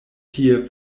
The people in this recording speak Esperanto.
tie